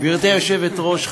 גברתי היושבת-ראש,